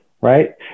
right